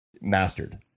mastered